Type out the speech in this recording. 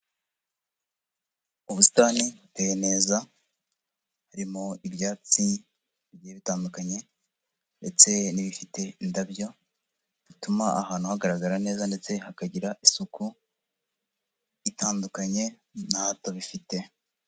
Ubusitani buteye neza, harimo ibyatsi bigiye bitandukanye, ndetse n'ibifite indabyo, bituma ahantu hagaragara neza, ndetse hakagira isuku itandukanye n'ahatabifite.